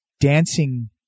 dancing